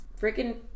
freaking